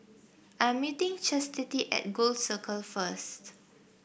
I am meeting Chastity at Gul Circle first